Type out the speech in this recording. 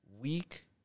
week